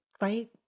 right